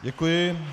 Děkuji.